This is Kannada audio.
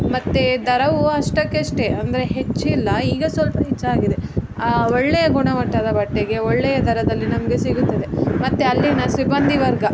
ಮತ್ತು ದರವು ಅಷ್ಟಕ್ಕಷ್ಟೇ ಅಂದರೆ ಹೆಚ್ಚಿಲ್ಲ ಈಗ ಸ್ವಲ್ಪ ಹೆಚ್ಚಾಗಿದೆ ಒಳ್ಳೆಯ ಗುಣಮಟ್ಟದ ಬಟ್ಟೆಗೆ ಒಳ್ಳೆಯ ದರದಲ್ಲಿ ನಮಗೆ ಸಿಗುತ್ತದೆ ಮತ್ತು ಅಲ್ಲಿನ ಸಿಬ್ಬಂದಿ ವರ್ಗ